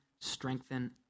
strengthen